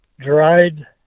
dried